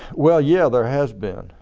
well yeah there has been.